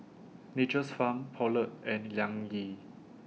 Nature's Farm Poulet and Liang Yi